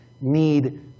need